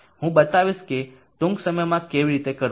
હું બતાવીશ કે ટૂંક સમયમાં તે કેવી રીતે કરવું